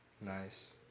Nice